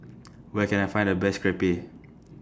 Where Can I Find The Best Crepe